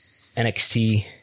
NXT